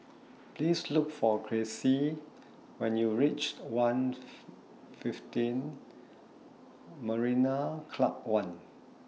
Please Look For Cressie when YOU REACH one' fifteen Marina Club one